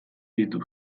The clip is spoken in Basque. ditu